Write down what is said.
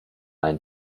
einen